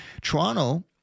Toronto